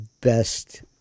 best